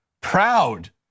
proud